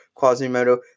Quasimodo